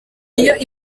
iyo